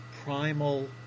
primal